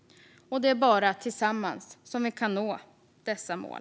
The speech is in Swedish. Det är bara tillsammans som vi kan nå dessa mål.